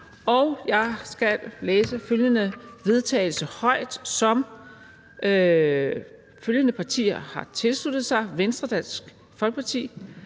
Jeg skal læse forslaget til vedtagelse højt, som følgende partier har tilsluttet sig: Venstre, Dansk Folkeparti,